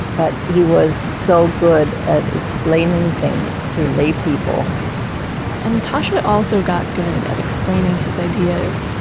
but he was so good at explaining things to lay people and tasha also got good at explaining his ideas.